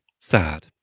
Sad